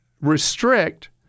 restrict